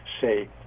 say